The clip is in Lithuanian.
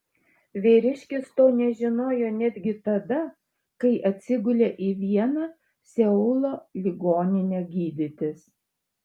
vyriškis to nežinojo netgi tada kai atsigulė į vieną seulo ligoninę gydytis